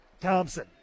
Thompson